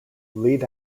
lead